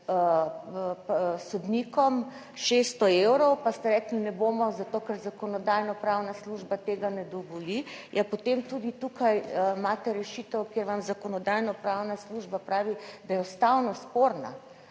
sodnikom 600 evrov, pa ste rekli, ne bomo, zato, ker Zakonodajno-pravna služba tega ne dovoli, ja potem tudi tukaj imate rešitev, kjer vam Zakonodajno-pravna služba pravi, da je ustavno sporna,